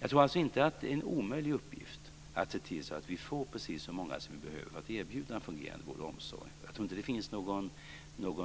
Jag tror inte att det är en omöjlig uppgift att se till att vi får precis så många som vi behöver för att erbjuda en fungerande vård och omsorg. Jag tror inte att det finns någon